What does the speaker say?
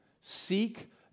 Seek